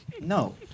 No